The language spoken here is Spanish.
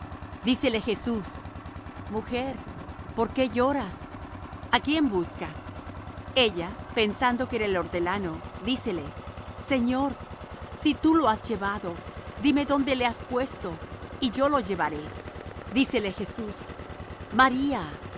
dícele jesús mujer por qué lloras á quién buscas ella pensando que era el hortelano dícele señor si tú lo has llevado dime dónde lo has puesto y yo lo llevaré dícele jesús maría